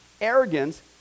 Arrogance